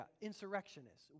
insurrectionists